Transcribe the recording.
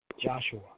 Joshua